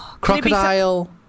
Crocodile